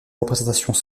représentations